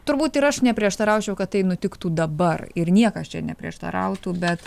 turbūt ir aš neprieštaraučiau kad tai nutiktų dabar ir niekas čia neprieštarautų bet